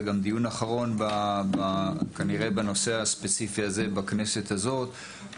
זה גם דיון אחרון כנראה בנושא הספציפי הזה בכנסת הזאת,